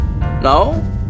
No